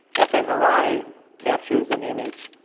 fmri captures an image